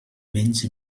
menys